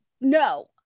no